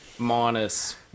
Minus